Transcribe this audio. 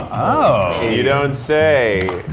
oh! you don't say,